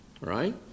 Right